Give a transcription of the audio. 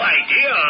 idea